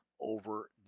over